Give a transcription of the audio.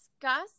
discuss